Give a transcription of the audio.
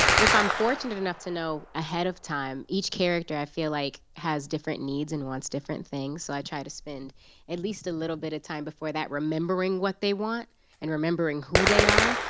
if i'm fortunate enough to know ahead of time, each character i feel like has different needs and wants different things. so i try to spend at least a little bit of time before that remembering what they want and remembering who they are,